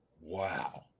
Wow